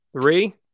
Three